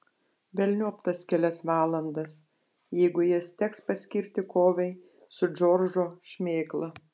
velniop tas kelias valandas jeigu jas teks paskirti kovai su džordžo šmėkla